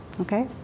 Okay